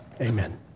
Amen